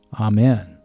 Amen